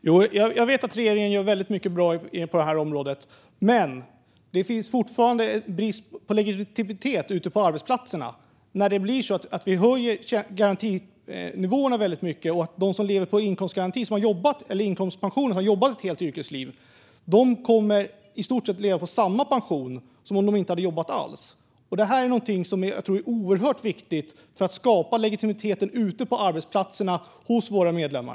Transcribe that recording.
Fru talman! Jag vet att regeringen gör väldigt mycket bra på det här området. Men det finns fortfarande en brist på legitimitet ute på arbetsplatserna. När vi höjer garantinivåerna väldigt mycket blir det så att de som har jobbat ett helt yrkesliv och lever på inkomstpension kommer att leva på i stort sett samma pension som om de inte hade jobbat alls. Det här är en oerhört viktig fråga för att skapa legitimitet ute på arbetsplatserna hos våra medlemmar.